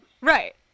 Right